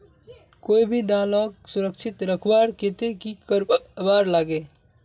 कोई भी दालोक सुरक्षित रखवार केते की करवार लगे?